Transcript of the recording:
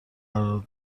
قرار